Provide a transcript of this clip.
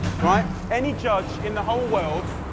right, any judge in the whole world,